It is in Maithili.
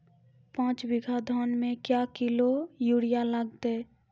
पाँच बीघा धान मे क्या किलो यूरिया लागते?